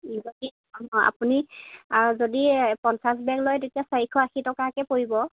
যদি অঁ আপুনি আৰু যদি পঞ্চাছ বেগ লয় তেতিয়া চাৰিশ আশী টকাকৈ পৰিব